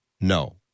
No